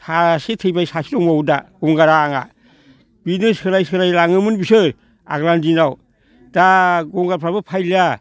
सासे थैबाय सासे दंबावो दा गंगारा आंहा बिदिनो सोलाय सोलाय लाङोमोन बिसोर आगोलनि दिनाव दा गंगारफ्राबो फैलिया